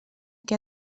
que